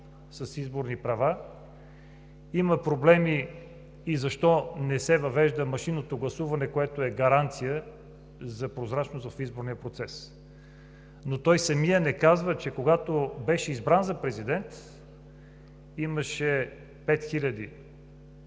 с изборни права, има проблеми и защо не се въвежда машинното гласуване, което е гаранция за прозрачност в изборния процес. Но той самият не казва, че когато беше избран за президент, имаше пет хиляди